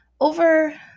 over